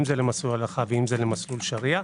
אם זה למסלול הלכה או למסלול שריע.